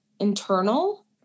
internal